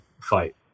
fight